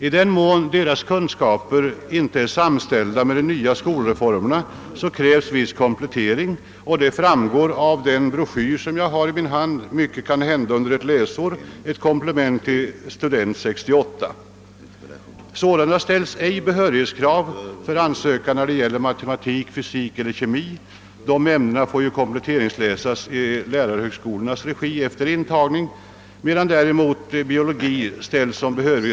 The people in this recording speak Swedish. I den mån deras kunskaper inte är samstämda med de nya skolformernas krävs viss komplettering, såsom framgår av den broschyr som jag har i min hand »Mycket kan hända under ett läsår», ett komplement till »Student 68». Sålunda ställs ej behörighetskrav för ansökan när det gäller matematik, fysik eller kemi — dessa ämnen får kompletteringsläsas i lärarhögskolornas regi efter intagning — medan däremot förkunskaper i biologi är nödvändiga.